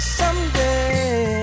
someday